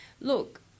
Look